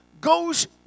goes